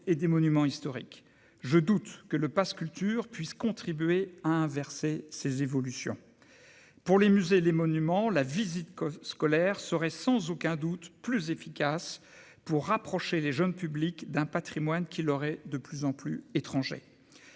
et des monuments historiques, je doute que le passe culture puisse contribuer à inverser ces évolutions pour les musées, les monuments, la visite scolaire seraient sans aucun doute plus efficace pour rapprocher les jeunes publics d'un Patrimoine qui leur est de plus en plus étranger